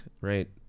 right